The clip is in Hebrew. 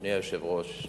אדוני היושב-ראש,